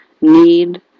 need